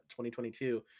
2022